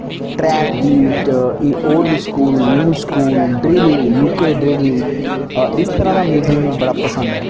track beat old school new school drill U K drill इस तरह् दा music मिगी बड़ा पसंद ऐ